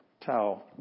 Tau